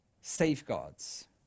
safeguards